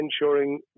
ensuring